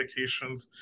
medications